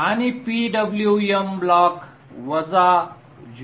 आणि PWM block वजा 0